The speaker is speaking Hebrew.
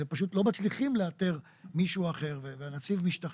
פשוט לא מצליחים לאתר מישהו אחר והנציב משתכנע,